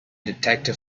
detective